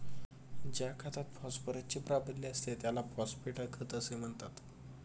ज्या खतात फॉस्फरसचे प्राबल्य असते त्याला फॉस्फेट खत असे म्हणतात